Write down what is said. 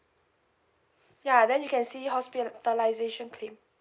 ya then you can see hospitalisation claim